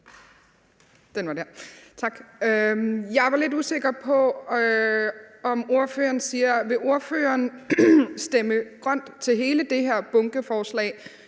Jeg er lidt usikker på, om ordføreren siger, at ordføreren vil stemme grønt til hele det her bunkeforslag,